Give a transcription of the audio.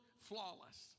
flawless